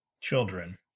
children